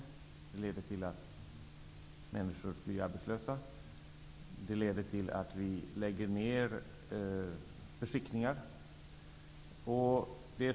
Det leder till att människor blir arbetslösa. Det leder till att vi lägger ner beskickningar.